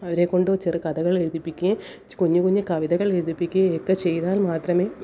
അവരെക്കൊണ്ട് ചെറുകഥകൾ എഴുതിപ്പിക്കുകയും കുഞ്ഞു കുഞ്ഞു കവിതകൾ എഴുതിപ്പിക്കുകയും ഒക്കെ ചെയ്താൽ മാത്രമേ